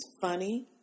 funny